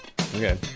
Okay